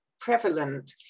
prevalent